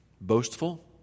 Boastful